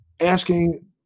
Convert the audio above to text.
asking